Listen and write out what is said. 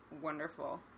wonderful